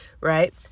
right